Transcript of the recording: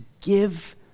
give